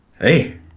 Hey